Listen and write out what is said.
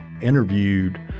interviewed